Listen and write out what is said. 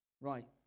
Right